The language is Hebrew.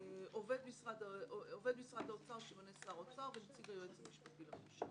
עובד משרד האוצר שימנה שר האוצר ונציג היועץ המשפטי לממשלה.